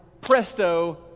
presto